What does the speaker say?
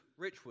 Richwood